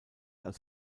als